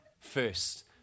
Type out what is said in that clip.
first